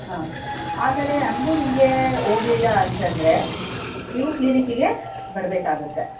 ಹಾಂ ಆಮೇಲೆ ಹಾಗೂ ನಿಮಗೆ ಹೋಗಲಿಲ್ಲ ಅಂತಂದರೆ ನೀವು ಕ್ಲಿನಿಕಿಗೆ ಬರಬೇಕಾಗತ್ತೆ